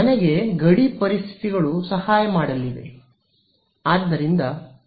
ನನಗೆ ಗಡಿ ಪರಿಸ್ಥಿತಿಗಳು ಸಹಾಯ ಮಾಡಲಿವೆ